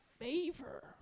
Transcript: favor